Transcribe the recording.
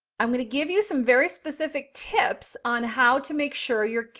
i'm going to give you some very specific tips on how to make sure you're,